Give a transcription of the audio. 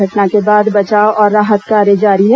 घटना के बाद बचाव और राहत कार्य जारी है